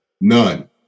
None